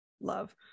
love